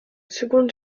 seconde